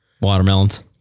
Watermelons